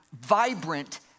vibrant